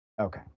Okay